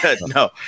No